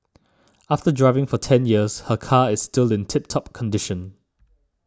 after driving for ten years her car is still in tip top condition